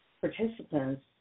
participants